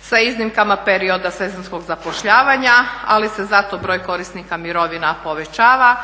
sa iznimkama perioda sezonskog zapošljavanja, ali se zato broj korisnika mirovina povećava.